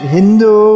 Hindu